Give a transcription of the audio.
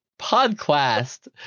Podcast